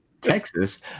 texas